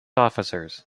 officers